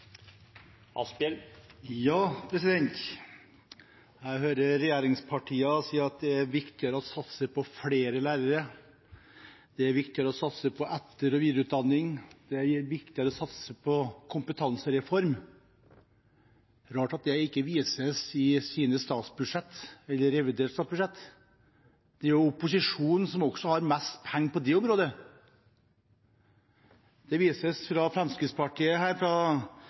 viktigere å satse på flere lærere, det er viktigere å satse på etter- og videreutdanning, det er viktigere å satse på kompetansereform. Det er rart at det ikke vises i deres statsbudsjetter eller reviderte statsbudsjetter. Det er jo opposisjonen som har mest penger også på dette området. Det vises fra Fremskrittspartiet